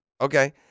Okay